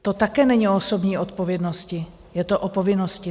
To také není o osobní odpovědnosti, je to o povinnosti.